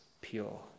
pure